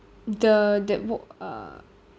the that boo~ uh